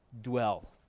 dwell